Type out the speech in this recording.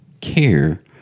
care